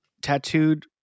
tattooed